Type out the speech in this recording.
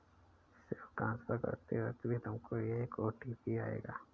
self transfer करते वक्त भी तुमको एक ओ.टी.पी आएगा